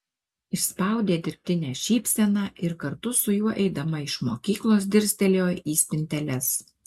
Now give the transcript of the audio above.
išspaudė dirbtinę šypseną ir kartu su juo eidama iš mokyklos dirstelėjo į spinteles